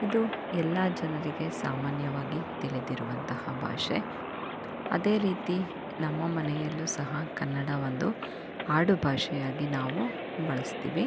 ಇದು ಎಲ್ಲ ಜನರಿಗೆ ಸಾಮಾನ್ಯವಾಗಿ ತಿಳಿದಿರುವಂತಹ ಭಾಷೆ ಅದೇ ರೀತಿ ನಮ್ಮ ಮನೆಯಲ್ಲೂ ಸಹ ಕನ್ನಡ ಒಂದು ಆಡುಭಾಷೆಯಾಗಿ ನಾವು ಬಳಸ್ತೀವಿ